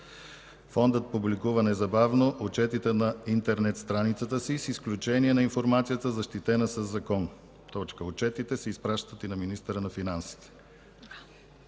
Фондът публикува незабавно отчетите на интернет страницата си с изключение на информацията, защитена със закон. Отчетите се изпращат и на министъра на финансите.”